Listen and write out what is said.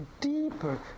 deeper